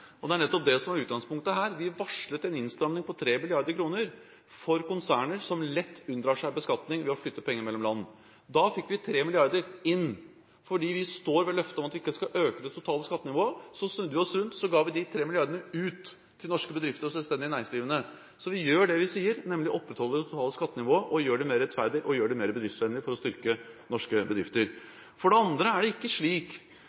Det er nettopp det som er utgangspunktet her. Vi varslet en innstramming på 3 mrd. kr for konserner som lett unndrar seg beskatning ved å flytte penger mellom land. Da fikk vi 3 mrd. kr inn. Fordi vi står ved løftet om at vi ikke skal øke det totale skattenivået, snudde vi oss rundt og ga de tre milliardene ut til norske bedrifter og selvstendig næringsdrivende. Så vi gjør det vi sier, nemlig å opprettholde det totale skattenivået, og vi gjør det mer rettferdig og mer bedriftsvennlig for å styrke norske bedrifter. For det andre er det ikke slik